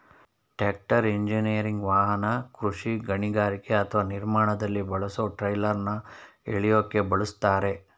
tractor engineering ವಾಹನ ಕೃಷಿ ಗಣಿಗಾರಿಕೆ ಅಥವಾ ನಿರ್ಮಾಣದಲ್ಲಿ ಬಳಸೊ ಟ್ರೈಲರ್ನ ಎಳ್ಯೋಕೆ ಬಳುಸ್ತರೆ